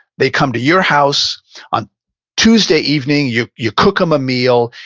they come to your house on tuesday evening, you you cook them a meal,